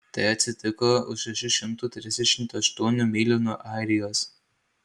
tai atsitiko už šešių šimtų trisdešimt aštuonių mylių nuo airijos